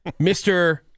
Mr